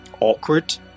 awkward